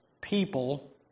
people